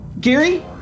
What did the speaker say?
Gary